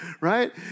right